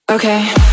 Okay